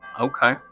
Okay